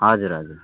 हजुर हजुर